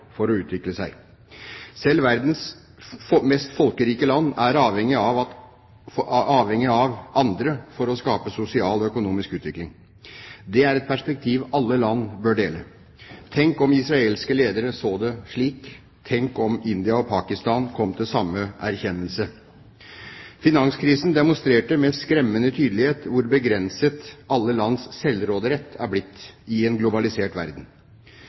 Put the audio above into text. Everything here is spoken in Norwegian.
for å utvikle seg. Selv verdens mest folkerike land er avhengig av andre for å skape sosial og økonomisk utvikling. Det er et perspektiv alle land bør dele. Tenk om israelske ledere så det slik, tenk om India og Pakistan kom til samme erkjennelse. Finanskrisen demonstrerte med skremmende tydelighet hvor begrenset alle lands selvråderett er blitt i en globalisert verden.